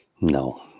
No